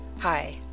Hi